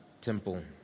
temple